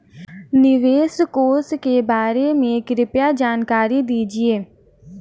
निवेश कोष के बारे में कृपया जानकारी दीजिए